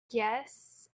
guess